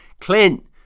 Clint